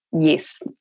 Yes